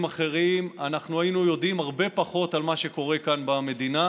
אחרים אנחנו היינו יודעים הרבה פחות על מה שקורה כאן במדינה,